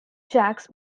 jacks